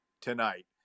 tonight